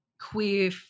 Queer